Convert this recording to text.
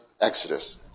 Exodus